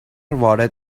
وارد